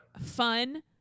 fun